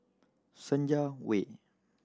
Senja Way